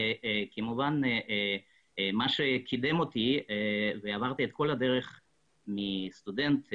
כמובן מה שקידם אותי - עברתי את כל הדרך מסטודנט,